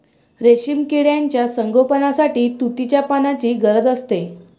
रेशीम किड्यांच्या संगोपनासाठी तुतीच्या पानांची गरज असते